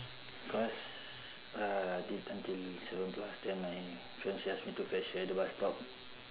cause uh I did until seven plus then my fiancee ask me to fetch her at the bus stop